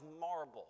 marble